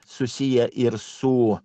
susiję ir su